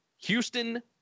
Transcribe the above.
Houston